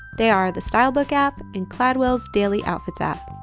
they are the stylebook app and cladwell's daily outfits app.